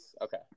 Okay